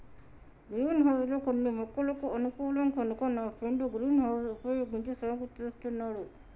green house లో కొన్ని మొక్కలకు అనుకూలం కనుక నా ఫ్రెండు గ్రీన్ హౌస్ వుపయోగించి సాగు చేస్తున్నాడు